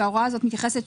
שההוראה הזאת מתייחסת,